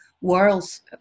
worlds